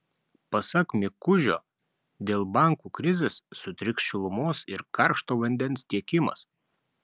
pasak mikužio dėl bankų krizės sutriks šilumos ir karšto vandens tiekimas